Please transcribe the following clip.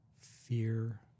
fear